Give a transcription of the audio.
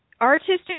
artistic